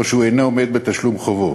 או שהוא אינו עומד בתשלום חובו,